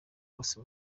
hose